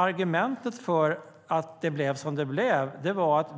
Argumentet för att det blev som det blev är att